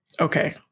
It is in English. Okay